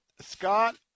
Scott